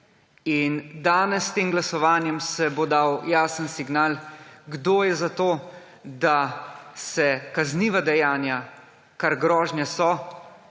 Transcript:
Danes s tem glasovanjem se bo dal jasen signal, kdo je za to, da se kazniva dejanja, kar grožnje so,